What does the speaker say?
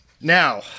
Now